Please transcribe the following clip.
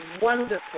wonderful